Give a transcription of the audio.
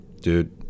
dude